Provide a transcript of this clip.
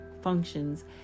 functions